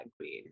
queen